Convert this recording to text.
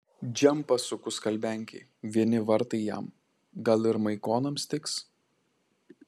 džempą suku skalbenkėj vieni vartai jam gal ir maikonams tiks